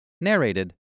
Narrated